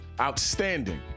outstanding